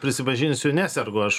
prisipažinsiu nesergu aš